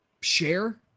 share